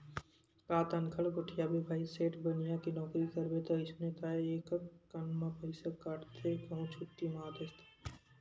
का तनखा ल गोठियाबे भाई सेठ बनिया के नउकरी करबे ता अइसने ताय एकक कन म पइसा काटथे कहूं छुट्टी मार देस ता